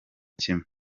kimwe